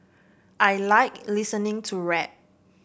I like listening to rap